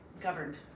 governed